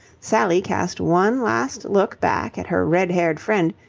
sally cast one last look back at her red-haired friend,